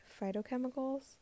phytochemicals